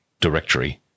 directory